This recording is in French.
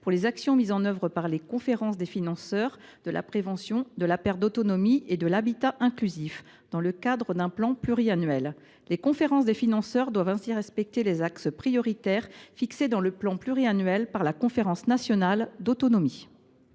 pour les actions mises en œuvre par les conférences des financeurs de la prévention de la perte d’autonomie et de l’habitat inclusif, dans le cadre d’un plan pluriannuel. Les conférences des financeurs devront respecter les axes prioritaires fixés dans le plan pluriannuel par cette conférence. La parole est à Mme